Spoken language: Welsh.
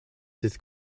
dydd